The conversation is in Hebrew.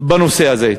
בנושא הזה.